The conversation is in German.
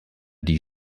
die